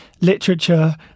literature